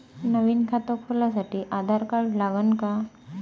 नवीन खात खोलासाठी आधार कार्ड लागन का?